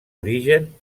origen